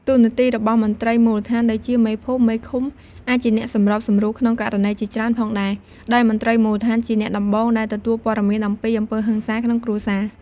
តួនាទីរបស់មន្ត្រីមូលដ្ឋាន ដូចជាមេភូមិ មេឃុំ អាចជាអ្នកសម្របសម្រួលក្នុងករណីជាច្រើនផងដែរ ដោយមន្ត្រីមូលដ្ឋានជាអ្នកដំបូងដែលទទួលព័ត៌មានអំពីអំពើហិង្សាក្នុងគ្រួសារ។